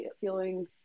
feeling